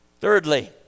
Thirdly